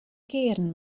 kearen